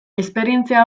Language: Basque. esperientzia